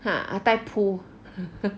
ha 带 pooh